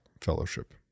fellowship